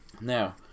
Now